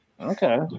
Okay